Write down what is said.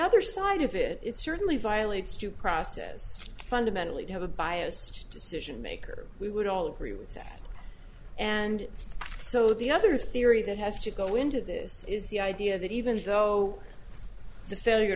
other side of it it certainly violates due process fundamentally you have a biased decision maker we would all agree with that and so the other theory that has to go into this is the idea that even though the failure